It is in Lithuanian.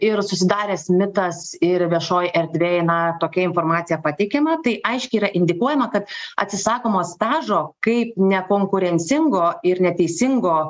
ir susidaręs mitas ir viešoj erdvėj na tokia informacija pateikiama tai aiškiai yra indikuojama kad atsisakoma stažo kaip nekonkurencingo ir neteisingo